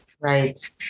right